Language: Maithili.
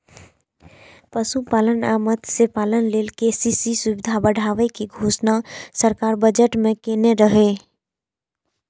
पशुपालन आ मत्स्यपालन लेल के.सी.सी सुविधा बढ़ाबै के घोषणा सरकार बजट मे केने रहै